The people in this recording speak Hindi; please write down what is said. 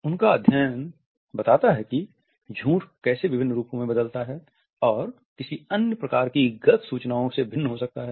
उनका अध्ययन बताता है कि झूठ कैसे विभिन्न रूपो में बदलता है और अन्य प्रकार की गलत सूचनाओं से भिन्न हो सकता है